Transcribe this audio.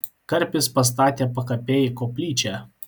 karpis pastatė pakapėj koplyčią